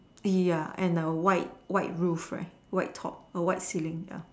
ya and the white white roof right white top white ceiling ya